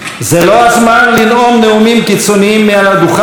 זה לא הזמן לנאום נאומים קיצוניים מעל הדוכן,